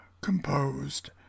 composed